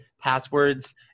passwords